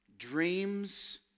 dreams